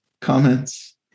comments